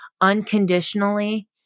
unconditionally